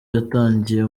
yatangiye